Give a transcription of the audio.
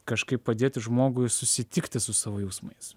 kažkaip padėti žmogui susitikti su savo jausmais